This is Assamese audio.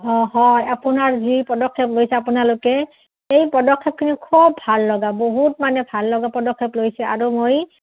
অঁ হয় আপোনাৰ যি পদক্ষেপ লৈছে আপোনালোকে সেই পদক্ষেপখিনি খুব ভাল লগা বহুত মানে ভাল লগা পদক্ষেপ লৈছে আৰু মই